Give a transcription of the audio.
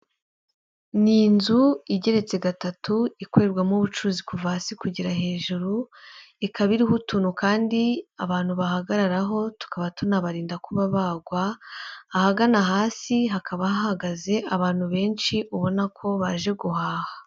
Ni inzu igeretse gatatu ikorerwamo ubucuruzi kuva hasi kugera hejuru, ikaba iriho utuntu kandi abantu bahagararaho, tukaba tunabarinda kuba bagwa, ahagana hasi hakaba hahagaze abantu benshi ubona ko baje guhaha.